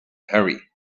hurry